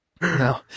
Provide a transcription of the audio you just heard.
No